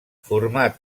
format